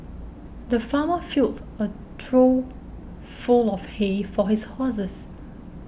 the farmer filled a trough full of hay for his horses